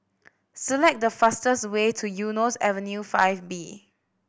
select the fastest way to Eunos Avenue Five B